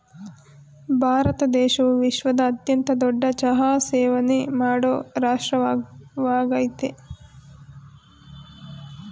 ಭಾರತ ದೇಶವು ವಿಶ್ವದ ಅತ್ಯಂತ ದೊಡ್ಡ ಚಹಾ ಸೇವನೆ ಮಾಡೋ ರಾಷ್ಟ್ರವಾಗಯ್ತೆ